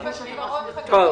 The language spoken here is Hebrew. מרב,